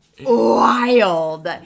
wild